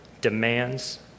demands